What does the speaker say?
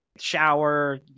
shower